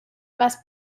más